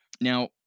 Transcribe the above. Now